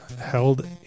held